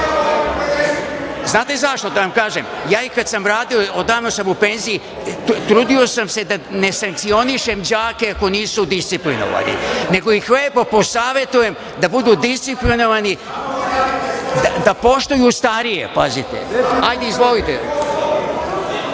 Znate zašto, da vam kažem, ja i kada sam radio, odavno sam u penziji, trudio sam se da ne sankcionišem đake ako nisu disciplinovani, nego ih lepo posavetujem da budu disciplinovani, da poštuju starije, pazite. Izvolite.